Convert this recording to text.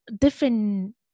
different